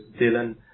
Dylan